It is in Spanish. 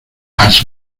has